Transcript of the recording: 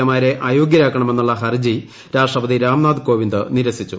A മാരെ അയോഗ്യരാ്ക്കുണ്മെന്നുള്ള ഹർജി രാഷ്ട്രപതി രാംനാഥ് കോവിന്ദ് നിരൂസിച്ചു